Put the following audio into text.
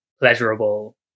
pleasurable